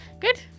Good